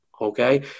Okay